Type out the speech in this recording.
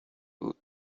بود